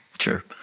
sure